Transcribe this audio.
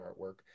artwork